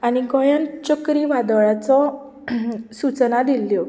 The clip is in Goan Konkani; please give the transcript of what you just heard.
आनी गोंयांत चक्रीवादळाचो सुचना दिल्ल्यो